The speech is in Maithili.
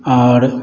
आओर